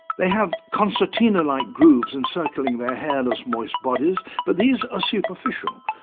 they have concertina-like grooves encircling their hairless moist bodies, but these are superficial,